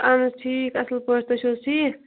اَہَن حظ ٹھیٖک اَصٕل پٲٹھۍ تُہۍ چھِو حظ ٹھیٖک